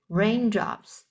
raindrops